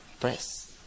press